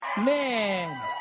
Man